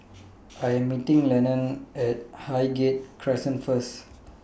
I Am meeting Lennon At Highgate Crescent First